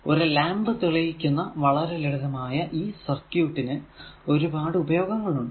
ഒരു ലാംപ് തെളിയിക്കുന്ന വളരെ ലളിതമായ ഈ സർക്യൂട് ന് ഒരുപാടു ഉപയോഗങ്ങൾ ഉണ്ട്